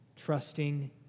trusting